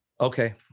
okay